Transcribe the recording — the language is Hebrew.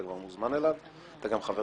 אתה מוזמן אליו וגם חבר